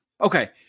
Okay